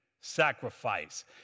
sacrifice